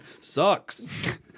sucks